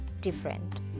different